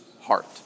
heart